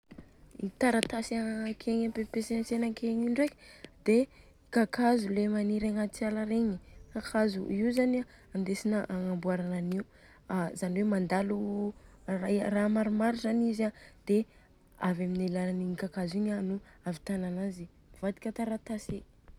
I taratasy akegny ampesimpesen'tsena akegny io ndreka dia kakazo le maniry agnaty ala regny. Kakazo io zany an andesina agnamboarana an'io. Zany hoe mandalo raha maromaro zany izy a dia avy amin'ny alalan'ny i kakazo igny nô ahavitàna ananjy ivadika taratasy.